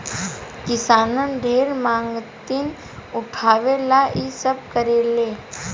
किसान ढेर मानगती उठावे ला इ सब करेले